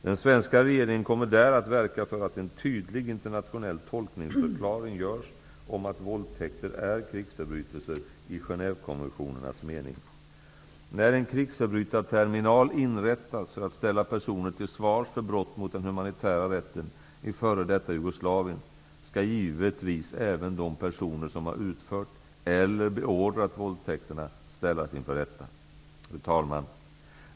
Den svenska regeringen kommer där att verka för att en tydlig internationell tolkningsförklaring görs om att våldtäkter är krigsförbrytelser i När en krigsförbrytartribunal inrättas för att ställa personer till svars för brott mot den humanitära rätten i f.d. Jugoslavien, skall givetvis även de personer som har utfört eller beordrat våldtäkterna ställas inför rätta. Fru talman!